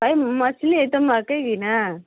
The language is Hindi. भाई मछली है त महकेगी न